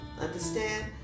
understand